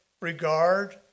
regard